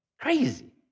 Crazy